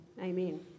Amen